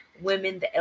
women